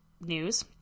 news